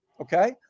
okay